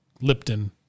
Lipton